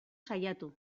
saiatu